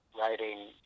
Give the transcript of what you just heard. writing